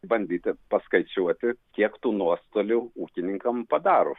bandyti paskaičiuoti kiek tų nuostolių ūkininkam padaro